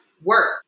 work